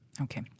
Okay